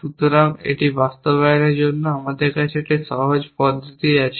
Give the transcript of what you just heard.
সুতরাং এটি বাস্তবায়নের জন্য আমাদের কাছে একটি সহজ পদ্ধতি আছে